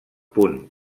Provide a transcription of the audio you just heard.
punt